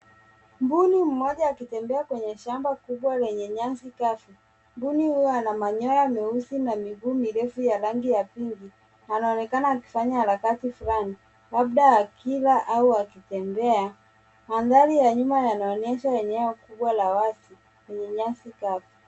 Mbuku mmoja akitembea kwenye shamba kubwa lenye nyasi kavu. Mbuni huyo ana manyoya meusi na miguu mirefu ya rangi ya pinki. Anaonekana akifanya harakati fulani labda akila au akitembea. Mandhari ya nyuma yanaonyesha eneo kubwa la watu lenye nyasi kavu.